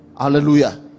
Hallelujah